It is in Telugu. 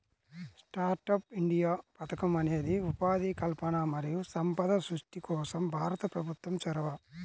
స్టార్టప్ ఇండియా పథకం అనేది ఉపాధి కల్పన మరియు సంపద సృష్టి కోసం భారత ప్రభుత్వం చొరవ